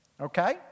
Okay